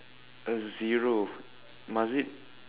a zero must it